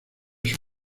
sus